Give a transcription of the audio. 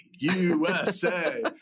USA